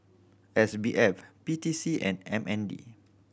S B F P T C and M N D